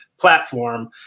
platform